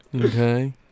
Okay